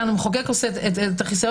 וכאן המחוקק עושה את החיסיון,